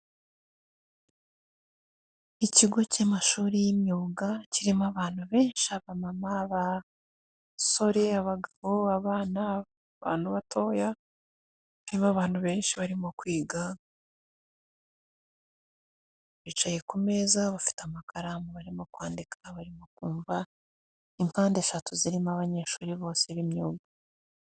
Ikigo cy'amashuri y'imyuga, kirimo abantu benshi abamama, basore abagabo, abana, abantu batoya, nibo bantu benshi barimo kwiga, bicaye ku meza bafite amakaramu barimo kwandika abarimo kumva, impande eshatu zirimo abanyeshuri bose b'imyuga.